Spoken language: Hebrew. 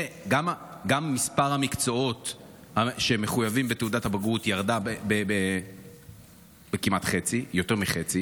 גם מספר המקצועות שהם מחויבים בהם לתעודת הבגרות ירד ביותר מחצי,